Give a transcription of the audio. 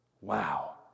Wow